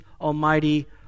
almighty